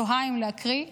תוהה אם להקריא,